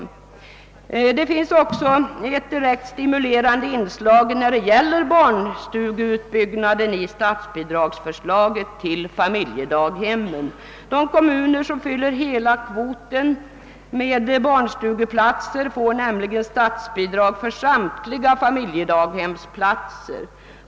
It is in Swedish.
Vidare finns det i förslaget om statsbidrag till familjedaghem ett direkt stimulerande inslag när det gäller utbyggnaden av barnstugor. De kommuner som fyller hela kvoten av barnstugeplatser får nämligen statsbidrag till samtliga familjedaghemsplatser.